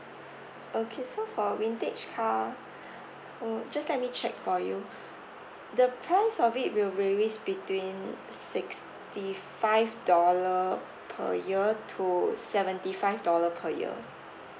okay so for vintage car mm just let me check for you the price of it will varies between sixty five dollar per year to seventy five dollar per year